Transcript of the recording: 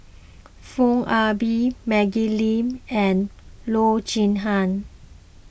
Foo Ah Bee Maggie Lim and Loo Zihan